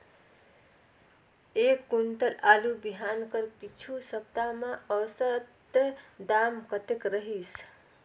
एक कुंटल आलू बिहान कर पिछू सप्ता म औसत दाम कतेक रहिस?